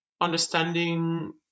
understanding